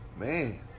Man